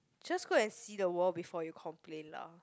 just go and see the world before you complain lah